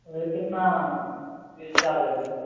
ओइमे कितना धरि चार्ज लेबय